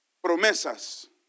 Promesas